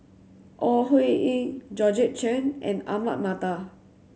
Ore Huiying Georgette Chen and Ahmad Mattar